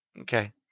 okay